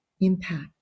impact